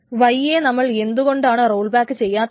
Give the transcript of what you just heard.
y യെ എന്തുകൊണ്ടാണ് നമ്മൾ റോൾ ബാക്ക് ചെയ്യാത്തത്